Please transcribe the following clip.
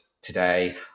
today